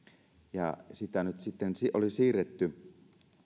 ja sitä hoitoa oli nyt siirretty